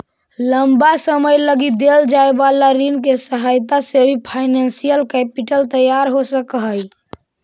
लंबा समय लगी देल जाए वाला ऋण के सहायता से भी फाइनेंशियल कैपिटल तैयार हो सकऽ हई